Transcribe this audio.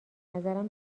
نظرم